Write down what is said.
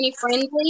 friendly